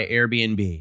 Airbnb